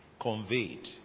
conveyed